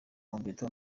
mobetto